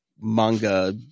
Manga